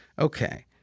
Okay